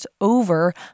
over